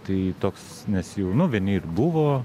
tai toks nes jau nu vieni ir buvo